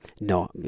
No